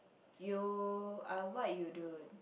you are what you do